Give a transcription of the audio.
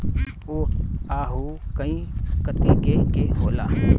उअहू कई कतीके के होला